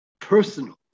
personal